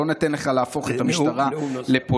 לא ניתן לך להפוך את המשטרה לפוליטית.